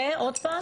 עוד פעם?